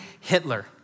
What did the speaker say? Hitler